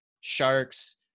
sharks